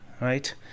right